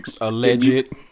alleged